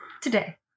Today